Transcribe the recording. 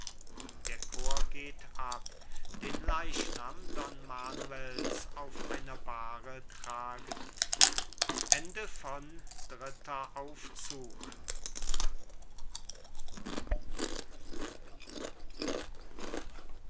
der chor geht ab den leichnam don manuels auf einer bahre tragend